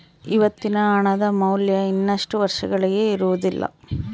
ಇವತ್ತಿನ ಹಣದ ಮೌಲ್ಯ ಇನ್ನಷ್ಟು ವರ್ಷಗಳಿಗೆ ಇರುವುದಿಲ್ಲ